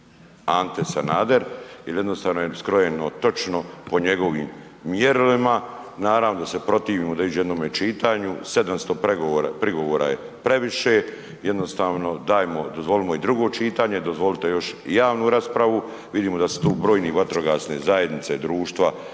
Ante Sanader. Jer jednostavno je skrojeno točno po njegovim mjerilima. Naravno da se protivimo da ide u jednome čitanju, 700 prigovora je previše, jednostavno dajmo, dozvolimo i drugo čitanje, dozvolite još i javnu raspravu. Vidimo da su tu brojne vatrogasne zajednice, društva, da